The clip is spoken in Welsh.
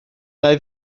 nai